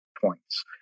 points